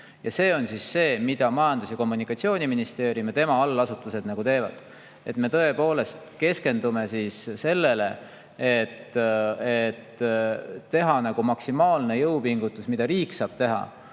See on see, mida Majandus- ja Kommunikatsiooniministeerium ja tema allasutused teevad. Me tõepoolest keskendume sellele, et teha maksimaalne jõupingutus – riik saab seda